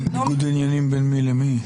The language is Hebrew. ניגוד עניינים בין מי למי?